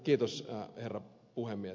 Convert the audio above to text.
kiitos herra puhemies